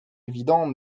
évident